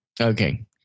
Okay